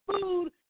food